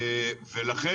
לכן,